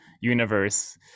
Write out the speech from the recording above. universe